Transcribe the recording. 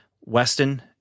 Weston